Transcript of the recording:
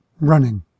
running